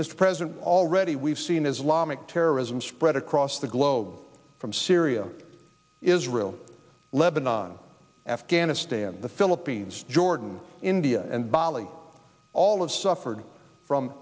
this present already we've seen islamic terrorism spread across the globe from syria israel lebanon afghanistan the philippines jordan india and bali all of suffered from